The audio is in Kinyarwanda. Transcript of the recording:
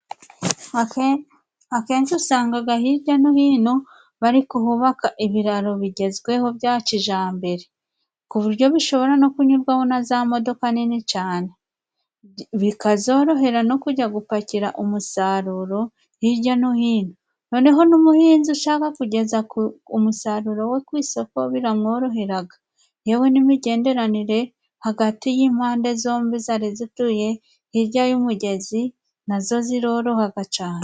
Akenshi usangaga hirya no hino bari kuhubaka ibiraro bigezweho bya kijambere ku buryo bishobora no kunyurwamo na za modoka nini cane, bikazorohera no kujya gupakira umusaruro hirya no hino, noneho n'ubuhinzi ushaka kugeza umusaruro we ku isoko biramworoheraga, yewe n'imigenderanire hagati y'impande zombi zari zituye hirya y'umugezi na zo zirorohaga cane.